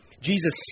Jesus